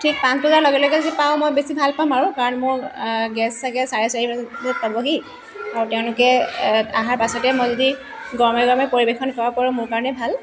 ঠিক পাঁচ বজা লগে লগে যদি মই পাওঁ বেছি ভাল পাম আৰু কাৰণ মোৰ গেষ্ট চাগে চাৰে চাৰি বজাত পাবহি আৰু তেওঁলোকে আহাৰ পাছতে মই যদি গৰমে গৰমে পৰিৱেশন কৰাব পাৰো মোৰ কাৰণেই ভাল